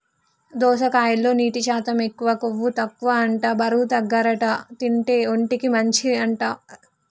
దోసకాయలో నీటి శాతం ఎక్కువ, కొవ్వు తక్కువ అంట బరువు తగ్గుతారట తింటే, ఒంటికి మంచి అంట